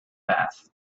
bath